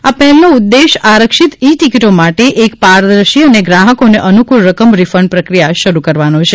આ પહેલનો ઉદ્દેશ આરક્ષિત ઇ ટિકિટો માટે એક પારદર્શી અને ગ્રાહકોને અનુફ્નળ રકમ રીફંડ પ્રકિયા શરૂ કરવાનો છે